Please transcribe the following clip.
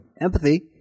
empathy